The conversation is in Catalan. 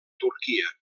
turquia